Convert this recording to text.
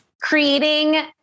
creating